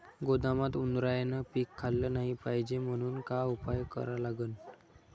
गोदामात उंदरायनं पीक खाल्लं नाही पायजे म्हनून का उपाय करा लागन?